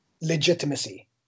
legitimacy